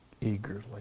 eagerly